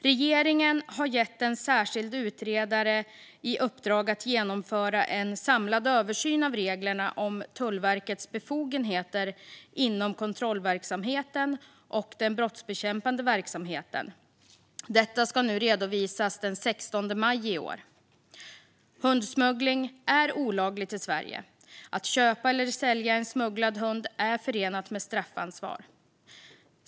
Regeringen har gett en särskild utredare i uppdrag att genomföra en samlad översyn av reglerna om Tullverkets befogenheter inom kontrollverksamheten och den brottsbekämpande verksamheten, och detta ska nu redovisas den 16 maj i år. Hundsmuggling är olagligt i Sverige. Att köpa eller sälja en smugglad hund är förenat med straffansvar.